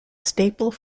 staple